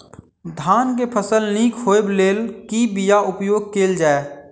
धान केँ फसल निक होब लेल केँ बीया उपयोग कैल जाय?